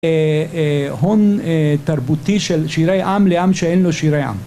הון תרבותי של שירי עם לעם שאין לו שירי עם